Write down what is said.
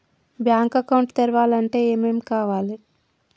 Bank account తెరవాలంటే ఏమేం కావాలి?